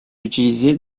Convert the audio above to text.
utilisé